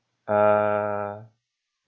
uh